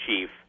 chief